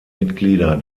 mitglieder